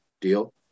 deal